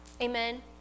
Amen